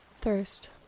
Thirst